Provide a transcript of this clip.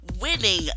winning